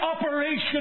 operation